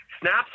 Snaps